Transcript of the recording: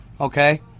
Okay